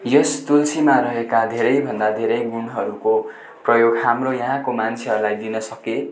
यस तुलसीमा रहेका धेरैभन्दा धेरै गुणहरूको प्रयोग हाम्रो यहाँको मान्छेहरूलाई दिन सके